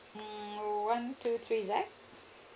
one two three Z